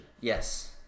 Yes